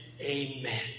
amen